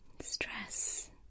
stress